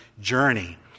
journey